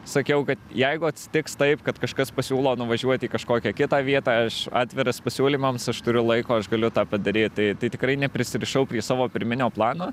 sakiau kad jeigu atsitiks taip kad kažkas pasiūlo nuvažiuot į kažkokią kitą vietą aš atviras pasiūlymams aš turiu laiko aš galiu tą padaryt tai tai tikrai neprisirišau prie savo pirminio plano